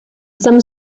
some